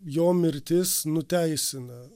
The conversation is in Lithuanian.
jo mirtis nuteisina